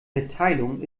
verteilung